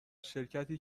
شرکتی